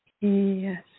Yes